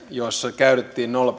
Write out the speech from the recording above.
joissa käytettiin nolla